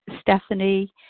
Stephanie